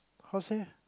how say